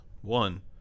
One